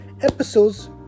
episodes